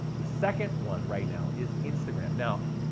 the second one right now is instagram. now,